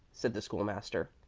said the school-master.